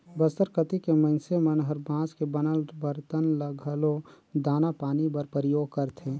बस्तर कति के मइनसे मन हर बांस के बनल बरतन ल घलो दाना पानी बर परियोग करथे